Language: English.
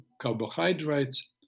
carbohydrates